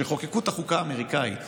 כשחוקקו את החוקה האמריקאית